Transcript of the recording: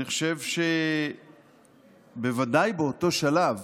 אני חושב שבוודאי באותו שלב,